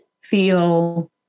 feel